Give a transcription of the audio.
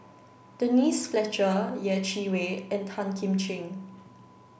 Denise Fletcher Yeh Chi Wei and Tan Kim Ching